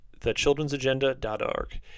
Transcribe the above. thechildrensagenda.org